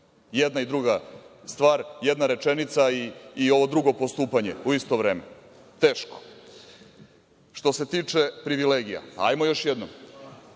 jedna i druga stvar, jedna rečenica i ovo drugo postupanja u isto vreme, teško. Što se tiče privilegija, ajmo još jednom,